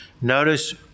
Notice